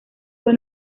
fue